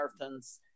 marathons